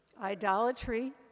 idolatry